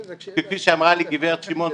כפי שאמרה לי גב' שמעון,